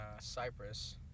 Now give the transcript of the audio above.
Cyprus